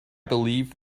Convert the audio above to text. believe